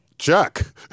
Chuck